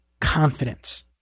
confidence